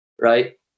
right